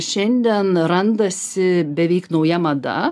šiandien randasi beveik nauja mada